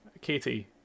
Katie